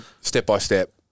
step-by-step